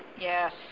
Yes